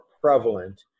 prevalent